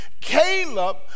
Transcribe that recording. Caleb